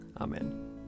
Amen